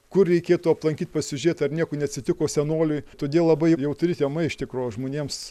kur reikėtų aplankyt pasižiūrėt ar nieko neatsitiko senoliui todėl labai jautri tema iš tikro žmonėms